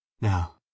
Now